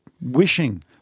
wishing